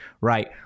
Right